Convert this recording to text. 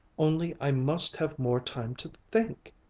only i must have more time to think